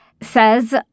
says